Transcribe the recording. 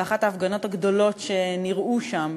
באחת ההפגנות הגדולות שנראו שם,